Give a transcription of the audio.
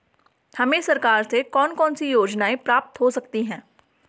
हमें सरकार से कौन कौनसी योजनाएँ प्राप्त हो सकती हैं?